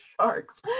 sharks